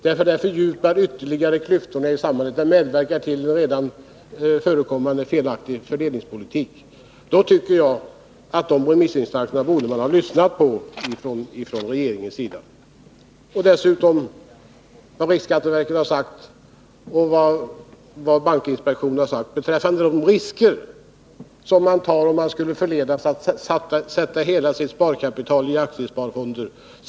— därför att det ytterligare fördjupar klyftorna i samhället och medverkar till en fortsättning på en redan förekommande felaktig fördelningspolitik — då tycker jag att regeringen borde ha lyssnat på dem. Dessutom borde ni'ha lyssnat på vad riksskatteverket och bankinspektionen har sagt beträffande de risker som den skulle ta som skulle förledas att sätta in hela sitt sparkapital i aktiesparfonder.